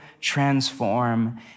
transform